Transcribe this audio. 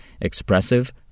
expressive